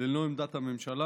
ללא עמדת הממשלה,